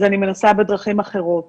אז אני מנסה בדרכים אחרות